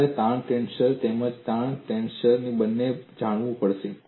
તમારે તાણ ટેન્સર તેમજ તાણ ટેન્સર બંનેને જાણવું પડશે